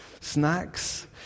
snacks